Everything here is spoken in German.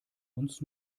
uns